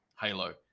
Halo